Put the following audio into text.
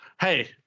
Hey